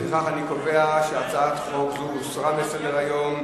לפיכך, אני קובע שהצעת חוק זו הוסרה מסדר-היום.